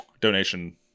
donation